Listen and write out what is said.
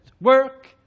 work